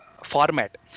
Format